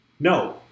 No